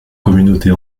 communautés